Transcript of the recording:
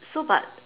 so but